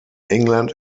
england